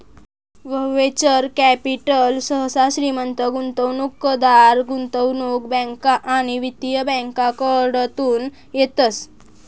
venture capital सहसा श्रीमंत गुंतवणूकदार, गुंतवणूक बँका आणि वित्तीय बँकाकडतून येतस